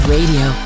Radio